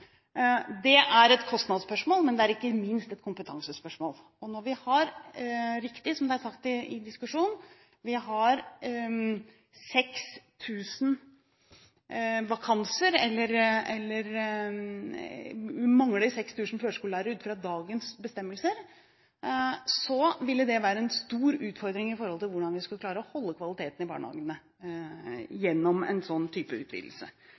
Det er et kostnadsspørsmål, men det er ikke minst et kompetansespørsmål. Og når vi har, som det helt riktig er sagt i diskusjonen, 6 000 vakanser, at vi mangler 6 000 førskolelærer ut fra dagens bestemmelser, vil det være en stor utfordring hvordan vi skal klare å holde kvaliteten i barnehagene oppe gjennom en slik utvidelse.